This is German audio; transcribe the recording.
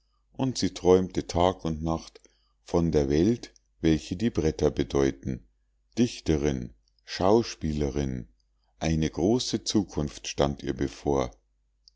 und sie träumte tag und nacht von der welt welche die bretter bedeuten dichterin schauspielerin eine große zukunft stand ihr bevor